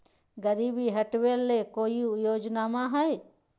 गरीबी हटबे ले कोई योजनामा हय?